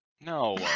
No